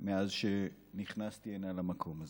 מאז שנכנסתי הנה, למקום הזה.